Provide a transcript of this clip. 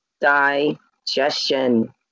digestion